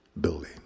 building